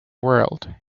world